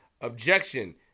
Objection